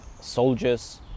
soldiers